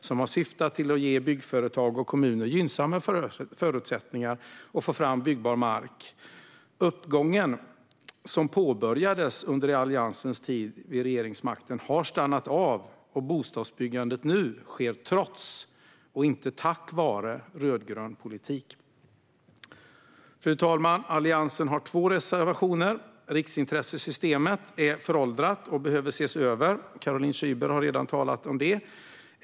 Det har syftat till att ge byggföretag och kommuner gynnsammare förutsättningar att få fram byggbar mark. Den uppgång som påbörjades under Alliansens tid vid regeringsmakten har stannat av, och bostadsbyggandet nu sker trots, och inte tack vare, rödgrön politik. Fru talman! Alliansen har två reservationer. Riksintressesystemet är föråldrat och behöver ses över. Caroline Szyber har redan talat om detta.